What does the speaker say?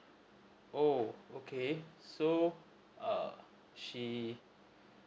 oh okay so err she